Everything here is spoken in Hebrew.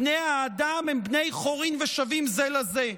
בני האדם הם בני חורין ושווים זה לזה.